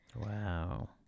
Wow